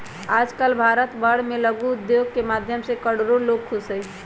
आजकल भारत भर में लघु उद्योग के माध्यम से करोडो लोग खुश हई